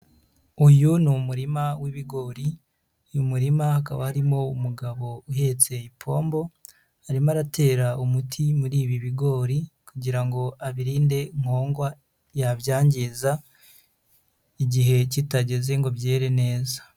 Uyu ni umurima w'ibigori, uyu murima hakaba harimo umugabo uhetse ipombo, arimo aratera umuti muri ibi bigori kugira ngo abirinde nkongwa yabyangiza, igihe kitageze ngo byere neza.